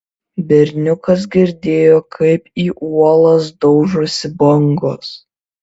berniukas girdėjo kaip į uolas daužosi bangos